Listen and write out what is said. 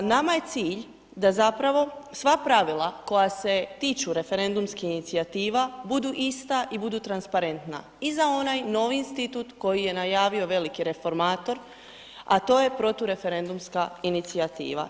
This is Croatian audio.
Nama je cilj da zapravo sva pravila koja se tiču referendumskih inicijativa budu ista i budu transparentna i za onaj novi institut koji je najavio veliki reformator, a to je protu referendumska inicijativa.